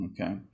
okay